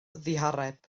ddihareb